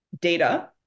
data